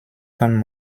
kann